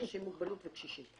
אנשים עם מוגבלות וקשישים.